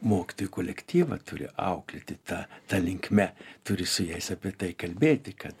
mokytojų kolektyvą turi auklėti ta ta linkme turi su jais apie tai kalbėti kad